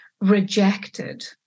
rejected